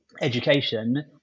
education